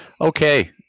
okay